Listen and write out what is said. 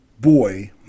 boy